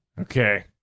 Okay